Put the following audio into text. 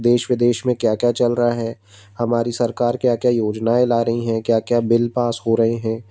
देश विदेश में क्या क्या चल रहा है हमारी सरकार क्या क्या योजनाएँ ला रही हैं क्या क्या बिल पास हो रहे हैं